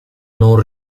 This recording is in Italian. non